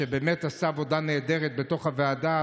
שבאמת עשתה עבודה נהדרת בוועדה,